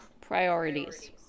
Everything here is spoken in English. Priorities